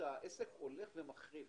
- שהעסק הולך ומחריף.